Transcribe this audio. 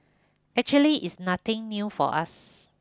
actually it's nothing new for us